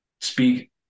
speak